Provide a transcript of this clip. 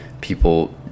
People